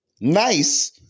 nice